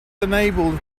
enabled